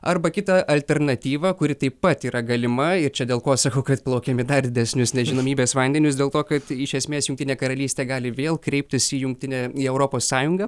arba kita alternatyva kuri taip pat yra galima ir čia dėl ko sakau kad plaukiam į dar didesnius nežinomybės vandenius dėl to kad iš esmės jungtinė karalystė gali vėl kreiptis į jungtinę į europos sąjungą